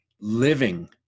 living